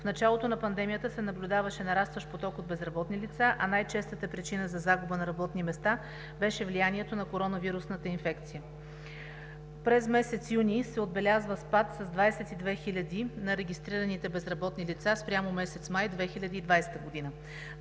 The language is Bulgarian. В началото на пандемията се наблюдаваше нарастващ поток от безработни лица, а най-честата причина за загуба на работни места беше влиянието на коронавирусната инфекция. През месец юни се отбелязва спад с 22 хиляди на регистрираните безработни лица спрямо месец май 2020 г.